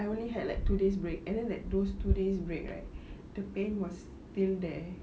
I only had like two days break and then like those two days break right the pain was still there